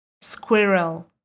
Squirrel